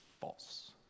False